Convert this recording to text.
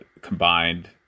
combined